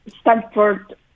Stanford